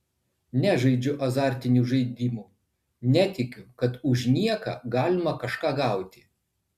nežaidžiu azartinių žaidimų netikiu kad už nieką galima kažką gauti